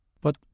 But